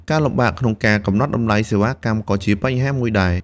ការលំបាកក្នុងការកំណត់តម្លៃសេវាកម្មក៏ជាបញ្ហាមួយដែរ។